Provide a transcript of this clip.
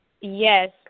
Yes